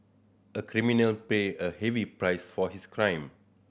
a criminal paid a heavy price for his crime